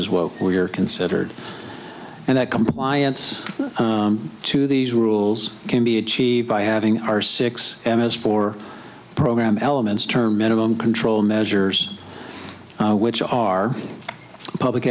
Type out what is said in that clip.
is what we are considered and that compliance to these rules can be achieved by having our six emmys for program elements term minimum control measures which are public